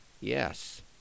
Yes